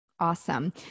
awesome